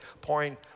pouring